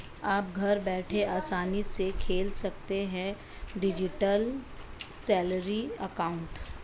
आप घर बैठे आसानी से खोल सकते हैं डिजिटल सैलरी अकाउंट